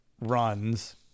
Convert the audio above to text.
runs